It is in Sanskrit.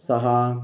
सः